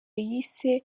yise